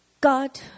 God